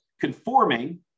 conforming